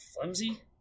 flimsy